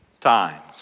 times